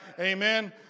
Amen